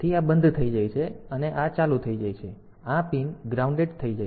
તેથી આ બંધ થઈ જાય છે આ ચાલુ થઈ જાય છે તેથી આ પિન ગ્રાઉન્ડ થઈ જાય છે